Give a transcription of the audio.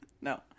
No